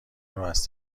رواز